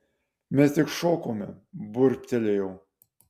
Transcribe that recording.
mes tik šokome burbtelėjau